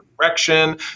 direction